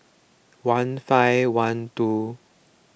one five one two